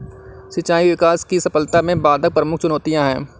सिंचाई विकास की सफलता में बाधक प्रमुख चुनौतियाँ है